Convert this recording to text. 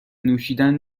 نوشیدن